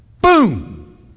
Boom